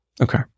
Okay